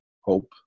hope